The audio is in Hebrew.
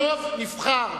הרוב נבחר לשלוט.